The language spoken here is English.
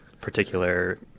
particular